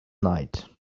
night